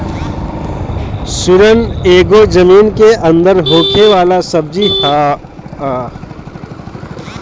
सुरन एगो जमीन के अंदर होखे वाला सब्जी हअ